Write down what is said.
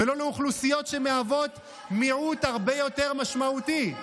ולא לאוכלוסיות שמהוות מיעוט הרבה יותר משמעותי.